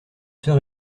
sœur